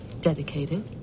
Dedicated